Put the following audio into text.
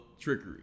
trickery